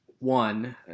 One